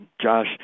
Josh